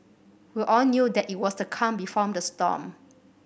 we all knew that it was the calm before the storm